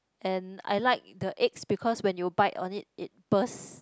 and I like the eggs because when you bite on it it bursts